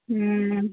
हूँ